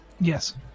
yes